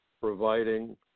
providing